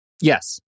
yes